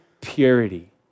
purity